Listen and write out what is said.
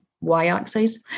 y-axis